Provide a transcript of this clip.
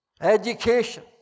Education